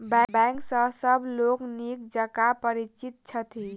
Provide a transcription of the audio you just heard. bank सॅ सभ लोक नीक जकाँ परिचित छथि